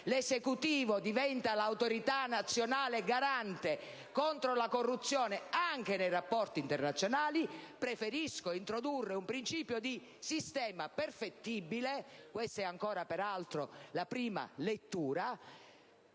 l'Esecutivo diventa l'Autorità nazionale garante contro la corruzione anche nei rapporti internazionali, preferisco introdurre un principio di sistema perfettibile (peraltro, questa è ancora la prima lettura),